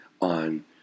on